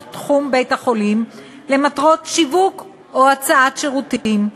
תחום בית-החולים למטרות שיווק או הצעת שירותים.